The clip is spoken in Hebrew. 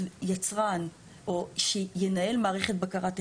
יצרן שינהל מערכת בקרת איכות,